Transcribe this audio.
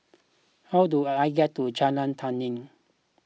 how do I I get to Jalan Tani